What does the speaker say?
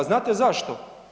Znate zašto?